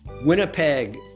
Winnipeg